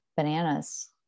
Bananas